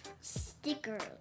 stickers